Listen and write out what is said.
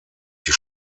die